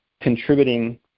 contributing